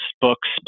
books